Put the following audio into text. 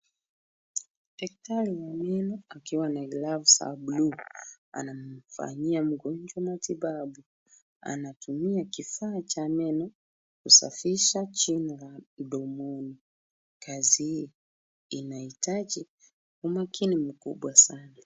Daktari wa meno akiwa na glavu za buluu, anamfanyia mgonjwa matibabu. Anatumia kifaa cha meno kusafisha jino la mdomoni. Kazi hii inahitaji umakini mkubwa sana.